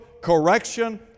correction